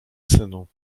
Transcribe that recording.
synu